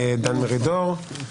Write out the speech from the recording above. דן מרידור.